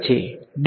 વિદ્યાર્થી વેક્ટર